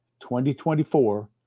2024